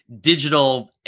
digital